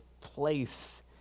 place